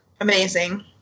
Amazing